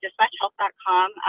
dispatchhealth.com